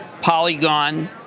Polygon